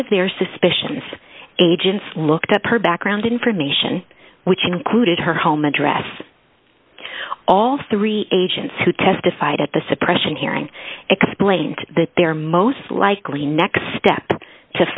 of their suspicions agents looked up her background information which included her home address all three agents who testified at the suppression hearing explained that their most likely next step